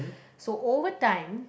so over time